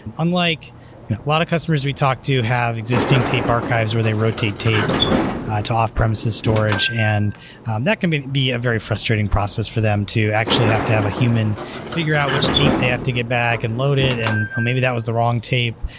unlike a lot of customers we talked to have existing tape archives, where they rotate tapes to off premises storage, and um that can be be a very frustrating process for them to actually have to have a human figure out which tape they have to get back and load it and, oh, maybe that was the wrong tape,